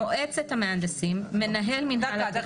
מועצת המהנדסים, מנהל מינהל התכנון.